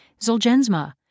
Zolgensma